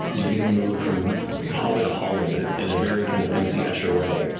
you begin to move from hallway to hallway but in a very kind of m. c. escher way,